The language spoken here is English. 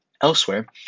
elsewhere